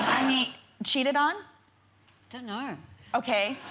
cheated, on don't know her okay?